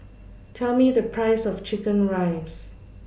Tell Me The Price of Chicken Rice